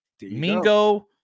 Mingo